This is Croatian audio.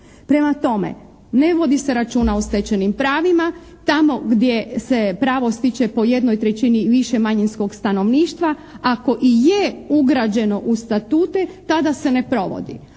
Prema tome, ne vodi se računa o stečenim pravima tamo gdje se pravo stiče po jednoj trećini više manjinskog stanovništva, ako i je ugrađeno u statute tada se ne provodi.